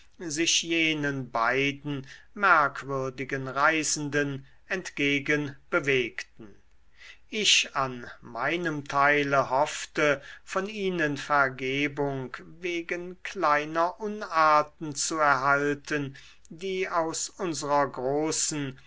sich jenen beiden merkwürdigen reisenden entgegen bewegten ich an meinem teile hoffte von ihnen vergebung wegen kleiner unarten zu erhalten die aus unserer großen